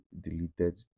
deleted